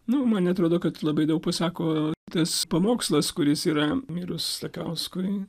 nu man atrodo kad labai daug pasako tas pamokslas kuris yra mirus sakauskui